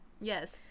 yes